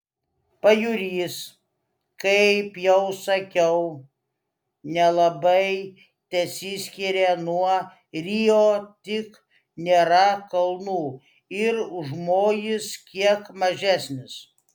pajūris kaip jau sakiau nelabai tesiskiria nuo rio tik nėra kalnų ir užmojis kiek mažesnis